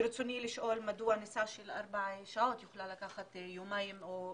ברצוני לשאול מדוע נסיעה של ארבע שעות יכולה לקחת יומיים או יותר.